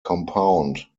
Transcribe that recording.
compound